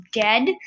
dead